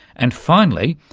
and finally,